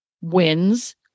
wins